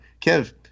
Kev